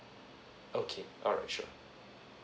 okay alright sure